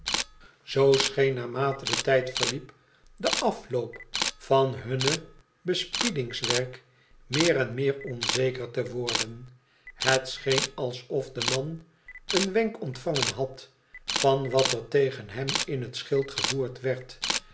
zoo scheen naarmate de tijd verliep de afloop van hun bespiedingsr werk meer en meer onzeker te worden het scheen alsof de man een wenk ontvangen had van wat er tegen hem in het schild gevoerd werd